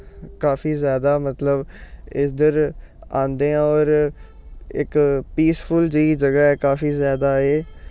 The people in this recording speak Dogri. काफी जैदा मतलब इद्धर आंदे ऐं होर इक पीसफुल्ल जेही जगह ऐ काफी जैदा एह्